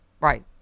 right